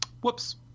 whoops